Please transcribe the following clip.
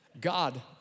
God